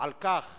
על כך